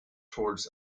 towards